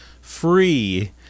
free